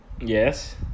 Yes